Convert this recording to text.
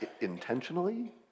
intentionally